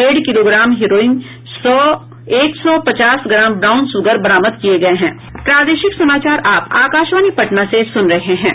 डेढ़ kilogram heroin सौ और एक सौ पचास ग्राम ब्राउन सुगर बरामद किये गये हैं